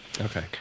Okay